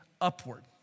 upward